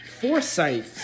Foresight